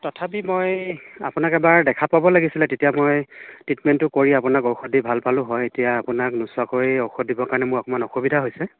তথাপি মই আপোনাক এবাৰ দেখা পাব লাগিছিলে তেতিয়া মই ট্ৰিটমেন্টটো কৰি আপোনাক ঔষধ দি ভাল পালোঁ হয় এতিয়া আপোনাক নোচোৱাকৈ ঔষধ দিবৰ কাৰণে মোৰ অকমান অসুবিধা হৈছে